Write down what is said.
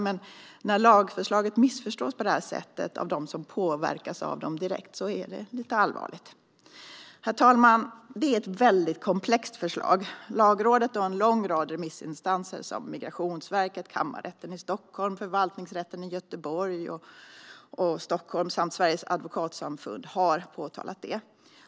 Men när lagförslag missförstås på detta sätt av dem som påverkas av dem direkt är det allvarligt. Herr talman! Det är ett mycket komplext förslag. Lagrådet och en lång rad remissinstanser - Migrationsverket, Kammarrätten i Stockholm, Förvaltningsrätten i Göteborg och i Stockholm samt Sveriges Advokatsamfund - har påpekat detta.